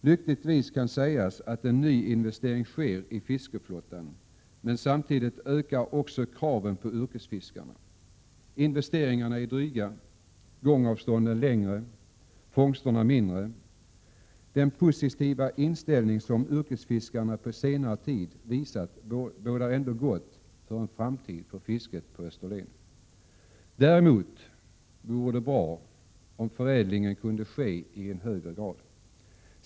Lyckligtvis kan sägas att en nyinvestering sker i fiskeflottan, men samtidigt ökar också kraven på yrkesfiskarna. Investeringarna är dryga, gångavstånden längre och fångsterna mindre. Den positiva inställning som yrkesfiskarna på senare tid visat bådar ändå gott för en framtid för fisket på Österlen. Däremot vore det bra om förädling kunde ske i högre grad.